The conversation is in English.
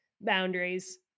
Boundaries